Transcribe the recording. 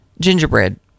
gingerbread